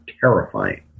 terrifying